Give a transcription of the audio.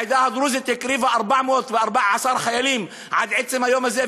העדה הדרוזית הקריבה 414 חיילים עד עצם היום הזה,